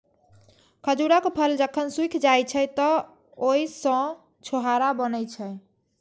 खजूरक फल जखन सूखि जाइ छै, तं ओइ सं छोहाड़ा बनै छै